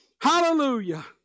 Hallelujah